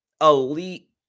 elite